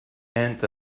end